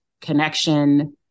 connection